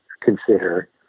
consider